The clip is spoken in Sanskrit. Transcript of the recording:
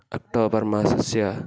अक्टोबर् मासस्य